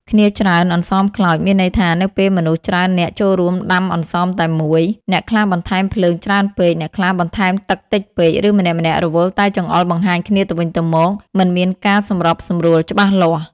«គ្នាច្រើនអន្សមខ្លោច» មានន័យថានៅពេលមនុស្សច្រើននាក់ចូលរួមដាំអន្សមតែមួយ អ្នកខ្លះបន្ថែមភ្លើងច្រើនពេក អ្នកខ្លះបន្ថែមទឹកតិចពេក ឬម្នាក់ៗរវល់តែចង្អុលបង្ហាញគ្នាទៅវិញទៅមក មិនមានការសម្របសម្រួលច្បាស់លាស់។